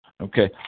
Okay